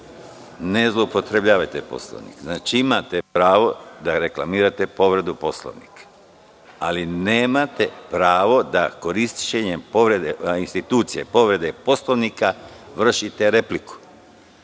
ne zloupotrebljavajte Poslovnik. Znači, imate pravo da reklamirate povredu Poslovnika, ali nemate pravo da korišćenjem povrede institucije, povrede Poslovnika vršite repliku.